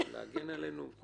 להגן עלינו.